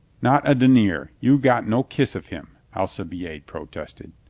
not a denier! you got no kiss of him, alcibiade protested.